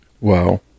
Wow